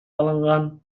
алынган